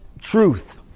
truth